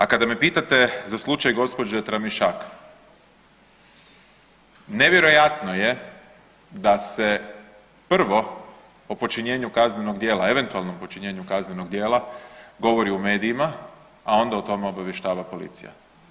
A kada me pitate za slučaj gospođe Tramišak, nevjerojatno je da se prvo o počinjenju kaznenog djela, eventualnom počinjenju kaznenog djela govori u medijima, a onda o tome obavještava policija.